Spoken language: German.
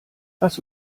lass